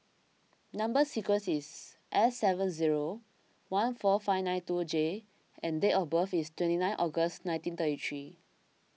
Number Sequence is S seven zero one four five nine two J and date of birth is twenty nine August nineteen thirty three